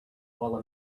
while